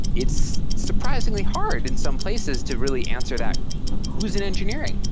it's surprisingly hard in some places to really answer that who's in engineering?